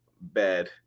Bad